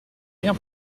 rien